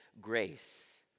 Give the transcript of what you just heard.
grace